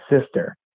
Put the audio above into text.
sister